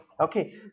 Okay